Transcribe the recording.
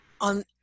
on